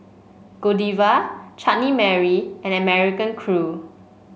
Godiva Chutney Mary and American Crew